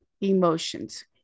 emotions